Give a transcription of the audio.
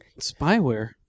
Spyware